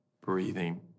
breathing